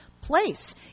place